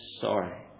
sorry